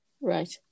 Right